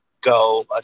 go